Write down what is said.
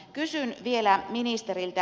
kysyn vielä ministeriltä